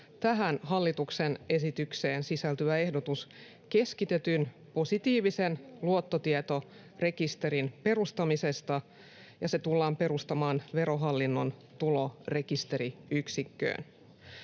tähän hallituksen esitykseen sisältyvä ehdotus keskitetyn, positiivisen luottotietorekisterin perustamisesta, ja se tullaan perustamaan Verohallinnon tulorekisteriyksikköön.